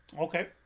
okay